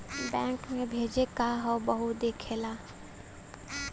bank मे भेजे क हौ वहु देख ला